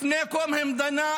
לפני קום המדינה,